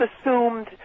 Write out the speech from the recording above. assumed